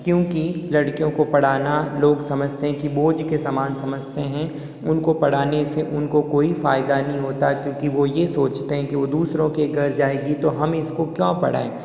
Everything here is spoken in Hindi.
क्योंकि लड़कियों को पढ़ाना लोग समझते हैं कि बोझ के सामान समझते हैं उनको पढ़ाने से उनको कोई फ़ायदा नहीं होता क्योंकि वो ये सोचते हैं कि वो दूसरों के घर जाएगी तो हम इसको क्यों पढ़ाएं